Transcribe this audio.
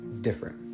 different